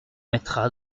mettra